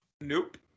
Nope